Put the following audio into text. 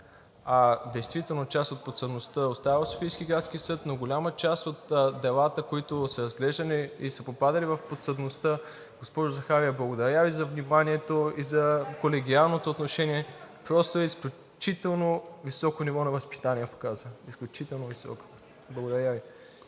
А действително част от подсъдността остава в Софийския градски съд, но голяма част от делата, които са разглеждани и са попадали в подсъдността… Госпожо Захариева, благодаря Ви за вниманието и за колегиалното отношение, просто изключително високо ниво на възпитание показахте, изключително високо. Благодаря Ви.